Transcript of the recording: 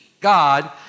God